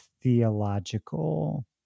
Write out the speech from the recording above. theological